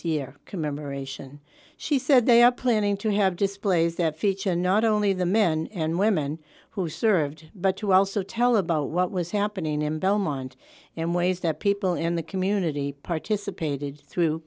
year commemoration she said they are planning to have displays that feature not only the men and women who served but to also tell about what was happening in belmont and ways that people in the community participated t